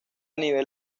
nivel